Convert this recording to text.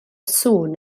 sŵn